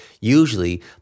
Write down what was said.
usually